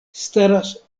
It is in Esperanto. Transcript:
staras